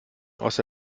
aus